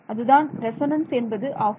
அதுதான் ரெசொனன்ஸ் என்பது ஆகும்